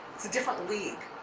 it's a different league.